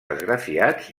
esgrafiats